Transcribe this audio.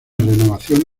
renovación